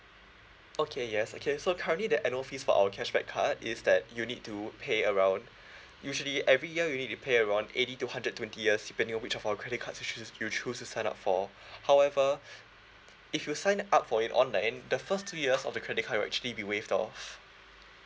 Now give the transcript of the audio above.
okay yes okay so currently the annual fees for our cashback card is that you need to pay around usually every year you need to pay around eighty to hundred twenty yes depending on which of our credit card you choose you choose to sign up for however if you sign up for it online the first two years of the credit card will actually be waived off